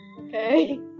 Okay